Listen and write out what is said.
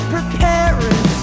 Preparing